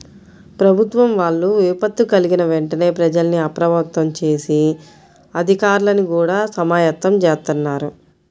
ప్రభుత్వం వాళ్ళు విపత్తు కల్గిన వెంటనే ప్రజల్ని అప్రమత్తం జేసి, అధికార్లని గూడా సమాయత్తం జేత్తన్నారు